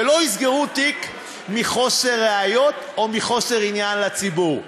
שלא יסגרו תיק מחוסר ראיות או מחוסר עניין לציבור.